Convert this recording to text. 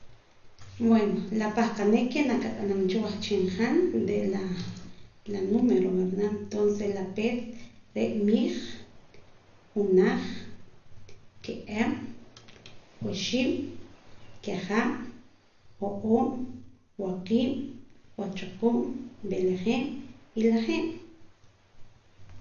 Bueno la pahqanik ke naak ab'anam cha wehchin han re' la numero verda entonce la peet re' miij junaj ki'em oxib' kiajam jo'oob' waqiib' waqchaquuub' b'elejeeb' y lajeeb'